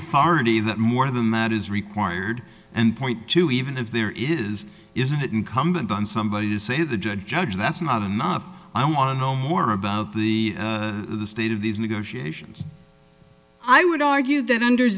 authority that more of the matter is required and point two even if there is isn't it incumbent on somebody to say the judge judge that's not enough i want to know more about the state of these negotiations i would argue that under